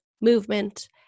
movement